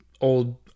old